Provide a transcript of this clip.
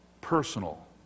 personal